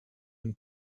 and